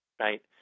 right